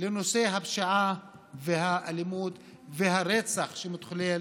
לפשיעה ולאלימות ולרצח שמתחוללים